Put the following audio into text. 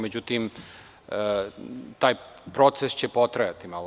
Međutim, taj proces će potrajati malo.